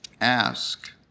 Ask